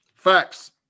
Facts